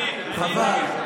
חבל.